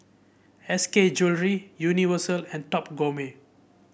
S K Jewellery Universal and Top Gourmet